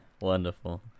Wonderful